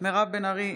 מירב בן ארי,